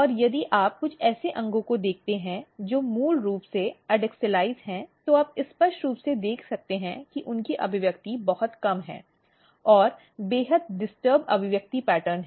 और यदि आप कुछ ऐसे अंगों को देखते हैं जो मूल रूप से एडैक्सियलाजॅड हैं तो आप स्पष्ट रूप से देख सकते हैं कि उनकी अभिव्यक्ति बहुत कम है और बेहद डिस्टर्ब अभिव्यक्ति पैटर्न है